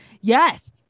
Yes